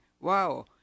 wow